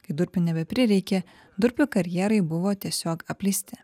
kai durpių nebeprireikė durpių karjerai buvo tiesiog apleisti